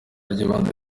ry’ibanze